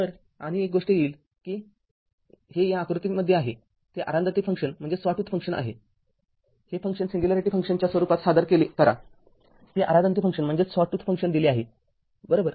तरआणि एक गोष्ट घेईल हे या आकृतीसारखे आहे ते आरादंती फंक्शन दर्शविते हे फंक्शन सिंग्युलॅरिटी फंक्शनच्या स्वरूपात सादर करा ते आरादंती फंक्शन दिले आहे बरोबर